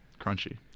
Crunchy